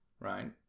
right